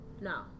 No